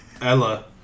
Ella